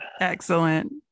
excellent